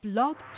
Blog